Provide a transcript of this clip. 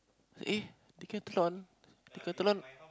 eh Decathlon Decathlon